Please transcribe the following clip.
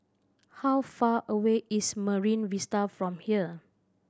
how far away is Marine Vista from here